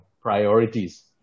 priorities